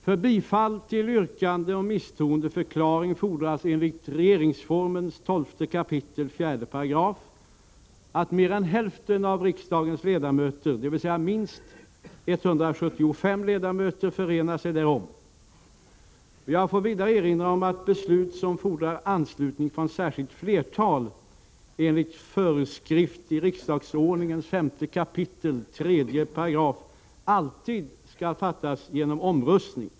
För bifall till yrkande om misstroendeförklaring fordras enligt RF 12 kap. 4 § att mer än hälften av riksdagens ledamöter, dvs. minst 175 ledamöter, förenar sig därom. Jag får vidare erinra om att beslut som fordrar anslutning från särskilt flertal enligt föreskrift i RO 5 kap. 3 § alltid skall fattas genom omröstning.